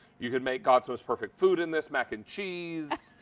you can make god's most perfect food in this, mac and cheese.